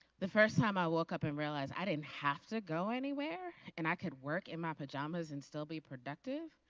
the first time i woke up and realized i didn't have to go anywhere and i could work in my pajamas and still be productive.